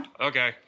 Okay